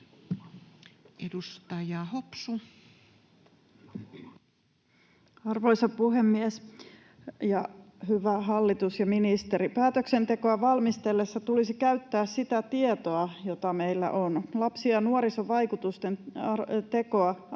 Content: Arvoisa puhemies! Hyvä hallitus ja ministeri! Päätöksentekoa valmisteltaessa tulisi käyttää sitä tietoa, jota meillä on. Lapsi- ja nuorisovaikutusten